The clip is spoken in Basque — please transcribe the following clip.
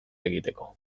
egiteko